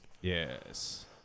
Yes